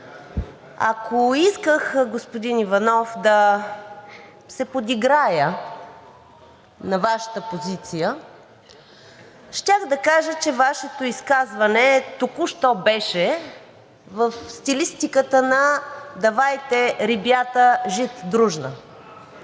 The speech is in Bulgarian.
Ако исках, господин Иванов, да се подиграя на Вашата позиция, щях да кажа, че Вашето изказване току-що беше в стилистиката на „Давайте, ребята, жить дружно“!